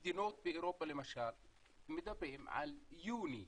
על מדינות באירופה, שם מדברים על יוני